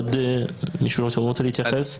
עוד מישהו רוצה להתייחס?